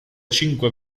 cinque